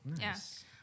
Yes